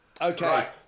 Okay